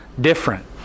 different